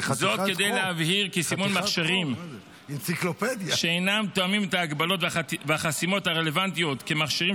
סימון מכשירים שאינם תואמים את ההגבלות והחסימות הרלוונטיות כמכשירים